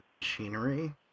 machinery